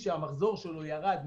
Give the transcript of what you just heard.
דיווחים כוזבים.